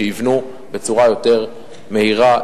שיבנו בצורה יותר מהירה,